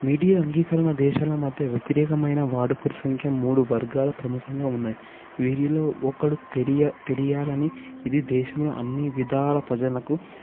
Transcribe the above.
media అంగీకరణ దేశాల మధ్య వ్యతిరేకమైన వాడుకల సంఖ్య మూడు వర్గాలు ప్రముఖంగా ఉన్నాయి వీరిలో ఒకడు తెరియా తేలియాలని ఇది దేశంలో అన్ని విధాల ప్రజలకు